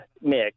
mix